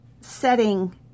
setting